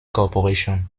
corporation